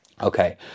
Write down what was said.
Okay